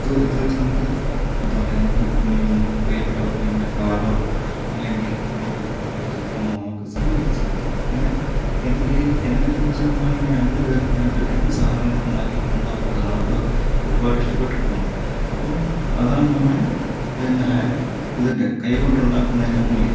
ഇതുവെച്ച ഇതുവെച്ച് നമുക്ക് എന്താ പറയുക നമുക്ക് പ്രിയപ്പെട്ടവർക്ക് വേണ്ടി കാർഡോ അല്ലെങ്കിൽ ഒരു എന്താ പറയുക ചിത്രമോ നമുക്ക് സമ്മാനിക്കാൻ സാധിക്കും അങ്ങനെ എൻ്റെ ഒരു ഇത് വെച്ച് നോക്കുകയാണെങ്കിൽ രണ്ട് പേർക്ക് രണ്ട് രണ്ട് സാധനങ്ങൾ ഉണ്ടാക്കി കൊടുക്കേണ്ടവർക്ക് കൊടുത്തിട്ട് അവർക്ക് ഒരുപാട് ഇഷ്ടപെട്ടിട്ടുണ്ട് അപ്പ അതാണ് നമ്മുടെ പിന്നെ ഹാൻഡ് ഇതിൻ്റെ കൈകൊണ്ട് ഉണ്ടാക്കുന്നതിൻ്റെ മൂല്യം